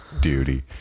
Duty